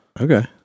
Okay